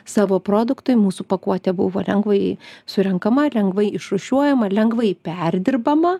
savo produktui mūsų pakuotė buvo lengvai surenkama lengvai išrūšiuojama lengvai perdirbama